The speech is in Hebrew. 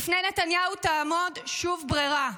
בפני נתניהו תעמוד שוב ברירה: